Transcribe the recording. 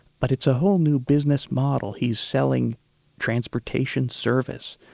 but it's a whole new business model. he's selling transportation service.